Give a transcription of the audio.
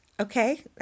okay